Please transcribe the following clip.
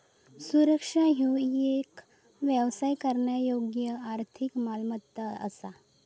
सुरक्षा ह्यो येक व्यापार करण्यायोग्य आर्थिक मालमत्ता असा